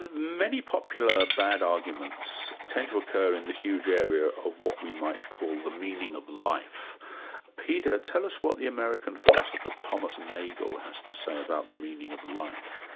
many popular bad arguments tend to occur in the huge area of what we might call the meaning of life peter, tell us what the american philosopher thomas nagel has to say about the meaning of life.